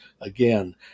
again